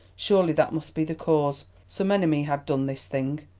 surely that must be the cause. some enemy had done this thing.